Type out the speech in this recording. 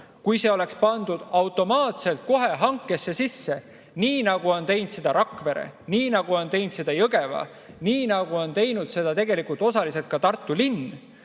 Kui see oleks pandud automaatselt kohe hankesse sisse, nii nagu on teinud seda Rakvere, nii nagu on teinud seda Jõgeva, nii nagu on teinud seda osaliselt ka Tartu linn,